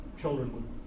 children